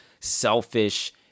selfish